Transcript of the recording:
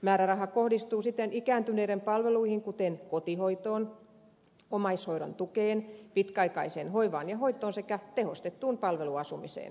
määräraha kohdistuu siten ikääntyneiden palveluihin kuten kotihoitoon omaishoidon tukeen pitkäaikaiseen hoivaan ja hoitoon sekä tehostettuun palveluasumiseen